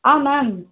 ஆ ma'am